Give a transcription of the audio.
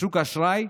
בשוק האשראי,